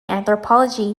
anthropology